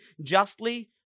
justly